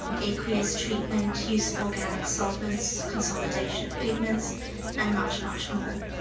and aqueous treatment, use of organic solvents, consolidation of pigments and much, much more.